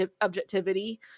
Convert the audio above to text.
objectivity